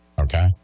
okay